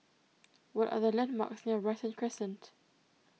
what are the landmarks near Brighton Crescent